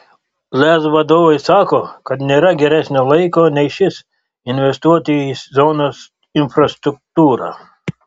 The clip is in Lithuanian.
lez vadovai sako kad nėra geresnio laiko nei šis investuoti į zonos infrastruktūrą